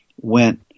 went